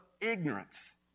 ignorance